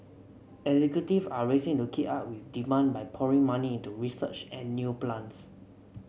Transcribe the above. executive are racing to keep up with demand by pouring money into research and new plants